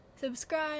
subscribe